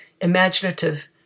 imaginative